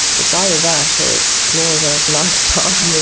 it's either that or it's more of a lifestyle,